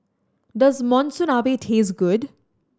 does Monsunabe taste good